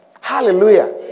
Hallelujah